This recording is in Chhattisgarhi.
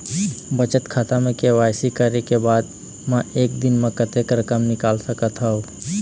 बचत खाता म के.वाई.सी करे के बाद म एक दिन म कतेक रकम निकाल सकत हव?